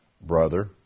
Brother